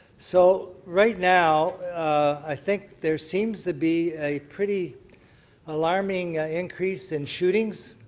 so right now i think there seems to be a pretty alarming increase in shootings.